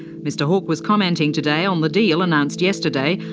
mr hawke was commenting today on the deal, announced yesterday,